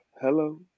hello